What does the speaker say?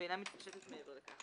ואינה מתפשטת מעבר לכך.